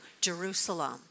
Jerusalem